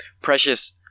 Precious